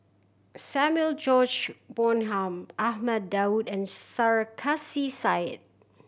Samuel George Bonham Ahmad Daud and Sarkasi Said